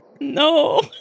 No